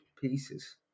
pieces